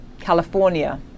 California